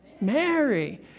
Mary